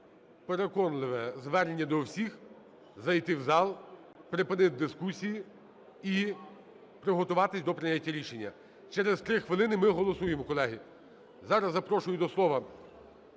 переконливе звернення до всіх: зайти в зал, припинити дискусії і приготуватись до прийняття рішення. Через 3 хвилини ми голосуємо, колеги. Зараз запрошую до слова